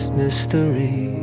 mystery